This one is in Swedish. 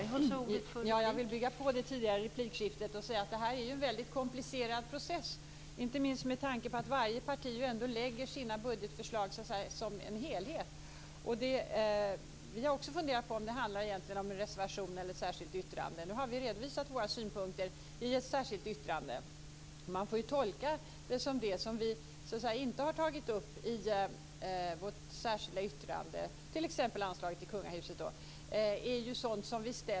Fru talman! Jag vill bygga vidare på det tidigare replikskiftet och säga att det här är en väldigt komplicerad process, inte minst med tanke på att varje parti lägger fram sina budgetförslag som en helhet. Också vi har funderat över om det krävs en reservation eller ett särskilt yttrande. Vi har nu redovisat våra synpunkter i ett särskilt yttrande. Man får tolka det så att vi ställer oss bakom det som vi inte har tagit upp i vårt särskilda yttrande, t.ex. anslaget till kungahuset.